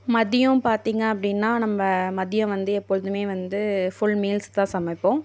மதியம் பார்த்திங்க அப்படின்னா நம்ப மதியம் வந்து எப்பொழுதுமே வந்து ஃபுல் மீல்ஸ் தான் சமைப்போம்